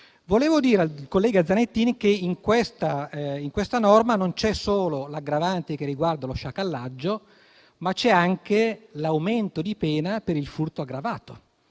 Volevo dire al collega Zanettin che questa norma non prevede solo l'aggravante che riguarda lo sciacallaggio, ma anche l'aumento di pena per il furto aggravato.